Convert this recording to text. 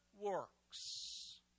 works